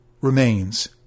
remains